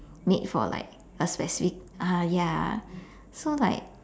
made for like a specific ah ya so like